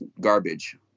garbage